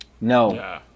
no